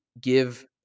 give